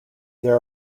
there